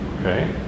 Okay